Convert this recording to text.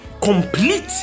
complete